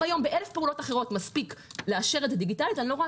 אם היום באלף פעולות אחרות מספיק לאשר את זה דיגיטלית - אני לא רואה